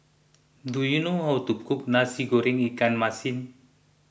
do you know how to cook Nasi Goreng Ikan Masin